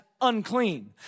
unclean